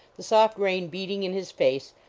the soft rain beating in his face,